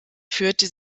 führte